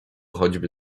choćby